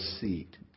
seat